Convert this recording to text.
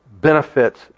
benefits